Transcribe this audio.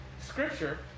scripture